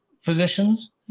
physicians